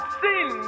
sin